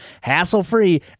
hassle-free